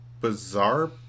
bizarre